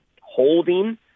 holding